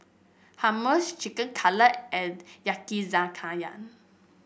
Hummus Chicken Cutlet and Yakizakana